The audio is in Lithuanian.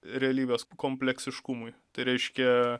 realybės kompleksiškumui tai reiškia